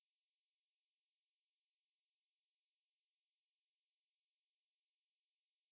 或者是有些 err 新加坡 the film also like ah boys to men